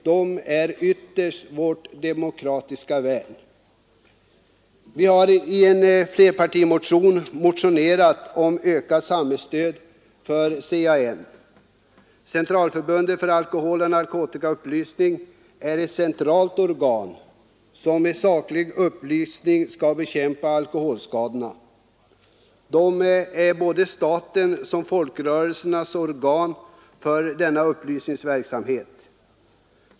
De är ytterst vårt demokratiska värn. I en flerpartimotion har vi föreslagit ökat samhällsstöd åt Centralförbundet för alkoholoch narkotikaupplysning, CAN. Det är ett centralt organ som genom saklig upplysning skall bekämpa alkoholens skadeverkningar. Förbundet är både statens och folkrörelsernas organ för denna upplysningsverksamhet.